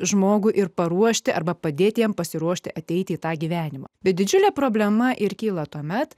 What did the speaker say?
žmogų ir paruošti arba padėti jam pasiruošti ateiti į tą gyvenimą bet didžiulė problema ir kyla tuomet